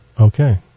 Okay